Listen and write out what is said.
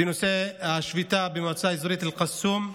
בנושא השביתה במועצה האזורית אל-קסום.